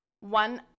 one